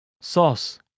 Sauce